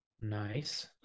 Nice